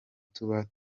tuba